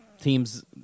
teams